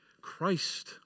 Christ